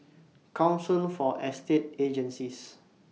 Council For Estate Agencies